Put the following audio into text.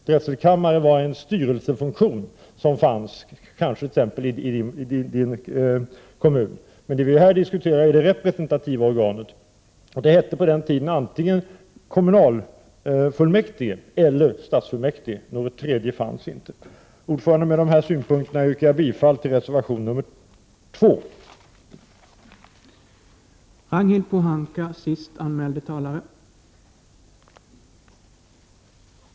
Drätselkammare var en styrelsefunktion som fanns, kanske i Sture Thuns kommun bl.a., men det vi diskuterar är det representativa organet, och det hette tidigare antingen kommunalfullmäktige eller stadsfullmäktige. Någon tredje beteckning fanns inte. Herr talman! Med dessa ord yrkar jag bifall till reservation nr 2 vid konstitutionsutskottets betänkande nr 3.